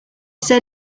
said